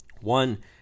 One